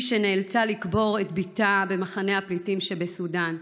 היא, שנאלצה לקבור את בתה במחנה הפליטים שבסודאן.